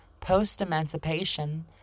Post-emancipation